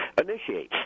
initiates